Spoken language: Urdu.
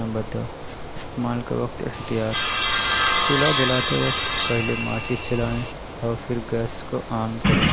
نمبر دو استعمال کے وقت احتیاط چولہا جلاتے وقت پہلے ماچس جلائیں اور پھر گیس کو آن کریں